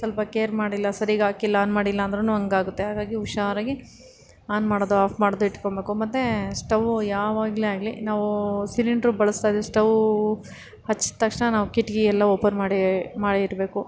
ಸ್ವಲ್ಪ ಕೇರ್ ಮಾಡಿಲ್ಲ ಸರೀಗಾಕಿಲ್ಲ ಆನ್ ಮಾಡಿಲ್ಲಂದ್ರೂ ಹಂಗಾಗುತ್ತೆ ಹಾಗಾಗಿ ಹುಷಾರಾಗಿ ಆನ್ ಮಾಡೋದು ಆಫ್ ಮಾಡೋದು ಇಟ್ಕೊಳ್ಬೇಕು ಮತ್ತೆ ಸ್ಟವ್ ಯಾವಾಗಲೇ ಆಗಲಿ ನಾವು ಸಿಲಿಂಡ್ರು ಬಳಸ್ತಾಯಿದ್ರೆ ಸ್ಟವ್ವು ಹಚ್ಚಿದ ತಕ್ಷಣ ನಾವು ಕಿಟಕಿ ಎಲ್ಲ ಓಪನ್ ಮಾಡಿಡಬೇಕು